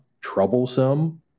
troublesome